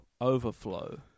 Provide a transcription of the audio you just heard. overflow